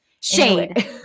Shade